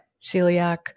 celiac